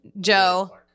Joe